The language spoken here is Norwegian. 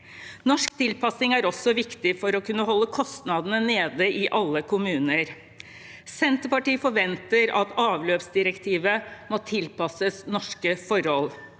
Norsk tilpasning er også viktig for å kunne holde kostnadene nede i alle kommuner. Senterpartiet forventer at avløpsdirektivet tilpasses norske forhold.